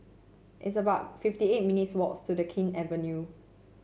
it's about fifty eight minutes' walk to the King Avenue